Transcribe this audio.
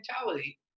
mentality